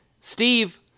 Steve